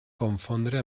confondre